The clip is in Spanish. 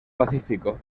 pacífico